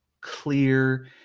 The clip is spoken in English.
clear